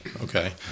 okay